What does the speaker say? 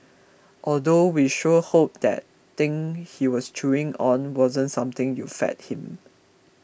although we sure hope that thing he was chewing on wasn't something you fed him